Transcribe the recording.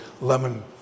lemon